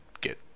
get